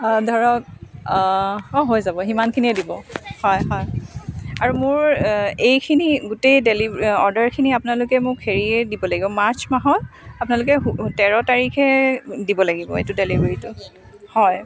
ধৰক হৈ যাব সিমানখিনিয়ে দিব হয় হয় আৰু মোৰ এইখিনি গোটেই ডেলি অৰ্ডাৰখিনি আপোনালোকে মোক হেৰিয়ে দিব লাগিব মাৰ্চ মাহৰ আপোনালোকে তেৰ তাৰিখে দিব লাগিব এইটো ডেলিভাৰীটো হয়